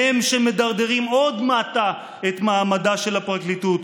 הם שמדרדרים עוד מטה את מעמדה של הפרקליטות,